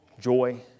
joy